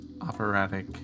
operatic